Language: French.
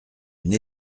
une